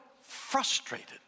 frustrated